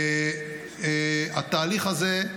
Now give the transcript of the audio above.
התהליך הזה,